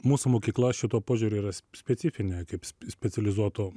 mūsų mokykla šituo požiūriu yra specifinė kaip specializuoto